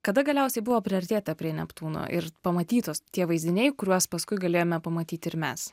kada galiausiai buvo priartėta prie neptūno ir pamatytos tie vaizdiniai kuriuos paskui galėjome pamatyti ir mes